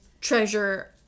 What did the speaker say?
treasure